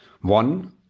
One